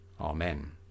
Amen